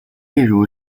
例如